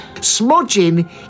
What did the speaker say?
Smudging